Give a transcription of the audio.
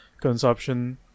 consumption